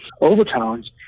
overtones